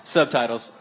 Subtitles